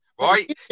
right